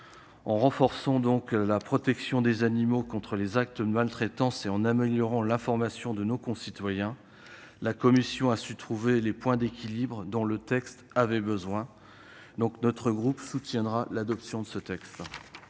En renforçant la protection des animaux contre les actes de maltraitance et en améliorant l'information de nos concitoyens, la commission a su trouver les points d'équilibre dont le texte avait besoin. Notre groupe soutiendra l'adoption de la présente